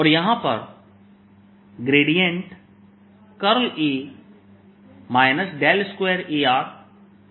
और यहां पर A 2A r 0j के बराबर है